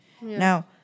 Now